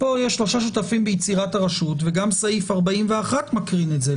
"שלושה שותפים לו ביצירת האדם." וגם סעיף 41 מקרין את זה,